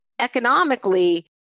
economically